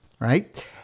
Right